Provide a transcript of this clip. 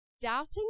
Doubting